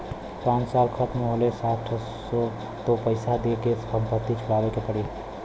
पाँच साल खतम होते साठ तो पइसा दे के संपत्ति छुड़ावे के पड़ी